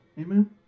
Amen